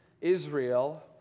Israel